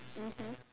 mmhmm